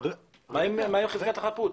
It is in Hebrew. מה עם חזקת החפות?